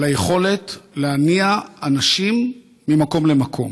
על היכולת להניע אנשים ממקום למקום.